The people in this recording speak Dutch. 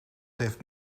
heeft